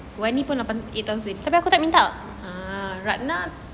warni pun lapan eight thousand uh ratna